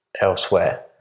elsewhere